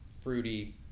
fruity